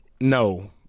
no